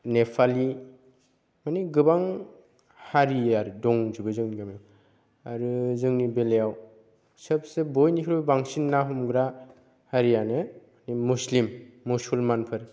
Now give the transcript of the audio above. नेपालि माने गोबां हारि आरो दंजोबो जोंनि गामियाव आरो जोंनि बेलायाव सबसे बयनिख्रुयबो बांसिन ना हमग्रा हारियानो मुस्लिम मुसलमानफोर